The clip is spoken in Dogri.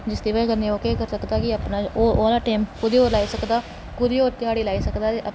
जिसदी बजह कन्नै ओह् केह् करी सकदा कि ओह् अपना टाईम कुदै होर लाई सकदा कुदै ध्याड़ी होर लाई सकदा ते